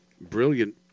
brilliant